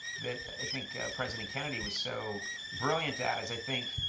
that i think president kennedy was so brilliant at, is i think,